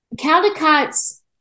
Caldecott's